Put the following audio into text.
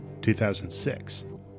2006